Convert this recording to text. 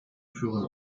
führen